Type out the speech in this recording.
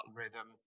rhythm